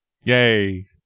Yay